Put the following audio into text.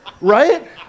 right